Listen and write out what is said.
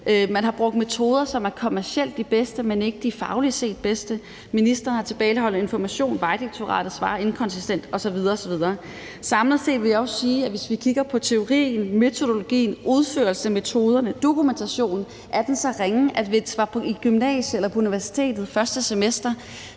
Man har brugt metoder, som kommercielt set er de bedste, men ikke de fagligt set bedste. Ministeren har tilbageholdt information; Vejdirektoratet svarer inkonsistent osv. osv. Samlet set vil jeg også sige, at hvis vi kigger på teori, metodologi, udførelse, metoderne og dokumentationen, så er den så ringe, at hvis det var på gymnasiet eller på universitetets første semester,